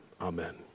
amen